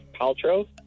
Paltrow